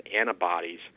antibodies